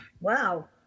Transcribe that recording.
Wow